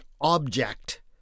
object